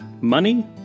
Money